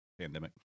pandemic